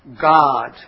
God